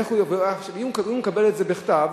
אם הוא מקבל את זה בכתב,